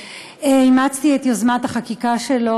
אימצתי את יוזמת החקיקה שלו,